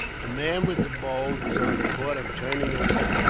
the man with the bowl was on the point of turning away,